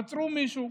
עצרו מישהו,